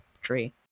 tree